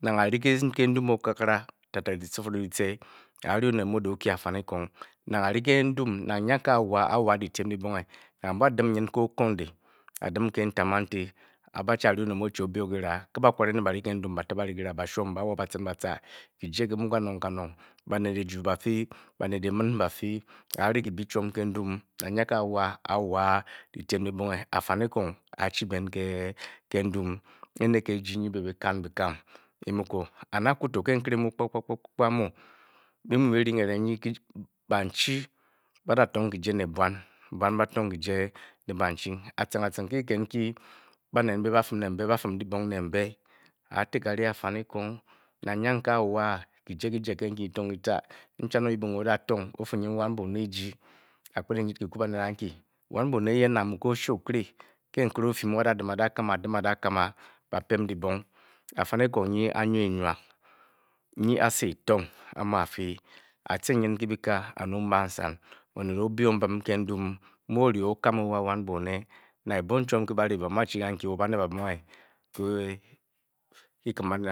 Nang a-re ke n dum okakara tete dyicakorong dyi-ce a an onet o-da o ekye afainibongnang a-re ke ndum nang nya ke a-waa, n-re ng dytyem dyibonge. a-dim, fim okoodi a-ribi nta mante ari onat muu edu o ebi kyiraaa ba-kware ne bari ke ndure ba-ta ng bari kyira da mii ba-cen n ba sa ba net eju bafi banet emin bafi nang nya ke a-waa, a-waa dyityen dyibonge a fanikong aachi ben ke n dumene ke ejii nyi. Be byi\kan byi-kan e-mu ko ke nkere mu ejii nyi kpakpa kyije kyi nuu ko byi-mu byimu byi-to ng bari kyjie bmchi o. tong wan eman kyjie bwan to ba-tong kyjie ne bachi acceringaciring ke kyiket n kyi banet mbe ba-fim dybong ne mbe, aatigs a-ri afe. nikong nang nya ke a-waa, kyi-tong ng kyikyije nchan o. yap o. o detong o-fu, wan bone eji, a-kpet enyit kyika banet anbyi wan bone eyen nang mu ke oshe okiri a-ca a-dakan a ba-pem dyibong afanikong nyi anwa enne ne ashwan ashwan a-mu afia-cen nyin ke byika tete a. byi bansan mu o-ri o o-kan o we wan bone ba-chi byem kyikit kyibonge ke kyikim banet